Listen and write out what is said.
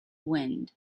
wind